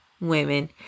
women